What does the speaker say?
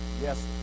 Yes